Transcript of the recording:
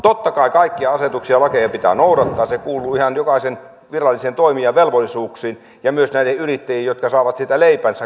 totta kai kaikkia asetuksia ja lakeja pitää noudattaa se kuuluu ihan jokaisen virallisen toimijan velvollisuuksiin ja myös näiden yrittäjien jotka saavat leipänsä siitä kun he näitä mittauksia tekevät